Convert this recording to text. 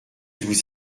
vous